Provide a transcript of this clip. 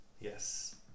yes